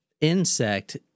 Insect